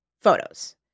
photos